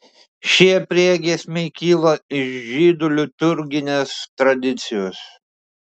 šie priegiesmiai kyla iš žydų liturginės tradicijos